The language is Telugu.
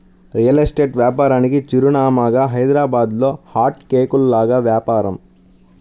రియల్ ఎస్టేట్ వ్యాపారానికి చిరునామాగా హైదరాబాద్లో హాట్ కేకుల్లాగా వ్యాపారం